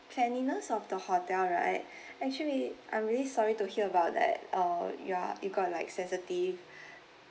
cleanliness of the hotel right actually I'm really sorry to hear about that uh you are you got like sensitive